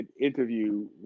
interview